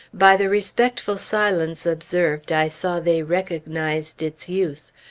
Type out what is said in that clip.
by the respectful silence observed, i saw they recognized its use,